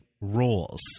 roles